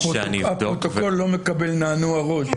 הפרוטוקול לא מקבל נענוע ראש.